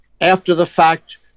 after-the-fact